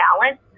balance